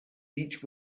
each